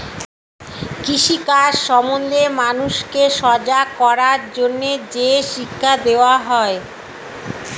কৃষি কাজ সম্বন্ধে মানুষকে সজাগ করার জন্যে যে শিক্ষা দেওয়া হয়